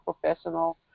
professional